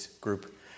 group